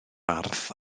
ardd